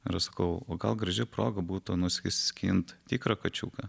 ir aš sakau o gal graži proga būtų nusiskint tikrą kačiuką